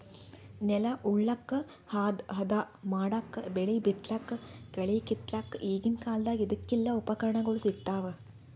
ನೆಲ ಉಳಲಕ್ಕ್ ಹದಾ ಮಾಡಕ್ಕಾ ಬೆಳಿ ಬಿತ್ತಲಕ್ಕ್ ಕಳಿ ಕಿತ್ತಲಕ್ಕ್ ಈಗಿನ್ ಕಾಲ್ದಗ್ ಇದಕೆಲ್ಲಾ ಉಪಕರಣಗೊಳ್ ಸಿಗ್ತಾವ್